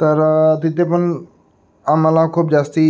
तर तिथे पण आम्हाला खूप जास्ती